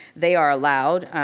they are allowed.